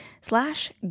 slash